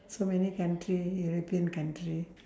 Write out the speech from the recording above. so many country European country